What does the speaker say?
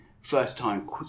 first-time